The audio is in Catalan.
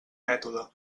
mètode